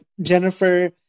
Jennifer